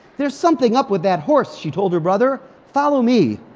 there's something up with that horse, she told her brother. follow me.